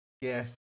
Yes